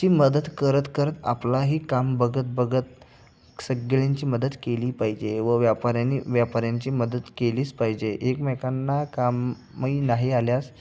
ची मदत करत करत आपलाही काम बघत बघत सगळ्यांची मदत केली पाहिजे व व्यापारांनी व्यापाऱ्यांची मदत केलीच पाहिजे एकमेकांना कामही नाही आल्यास